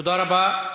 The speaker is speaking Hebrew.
תודה רבה.